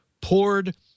poured